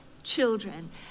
Children